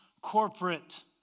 corporate